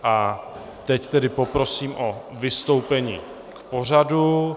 A teď tedy poprosím o vystoupení k pořadu.